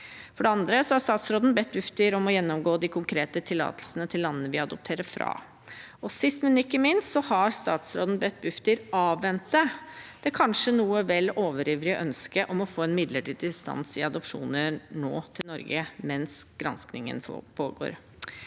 andre har statsråden bedt Bufdir om å gjennomgå de konkrete tillatelsene til landene vi adopterer fra. Sist, men ikke minst har statsråden bedt Bufdir avvente det kanskje noe vel overivrige ønsket om å få en midlertidig stans i adopsjoner til Norge mens granskingen pågår.